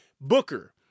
Booker